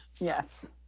Yes